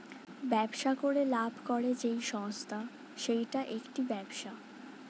ব্যবসা করে লাভ করে যেই সংস্থা সেইটা একটি ব্যবসা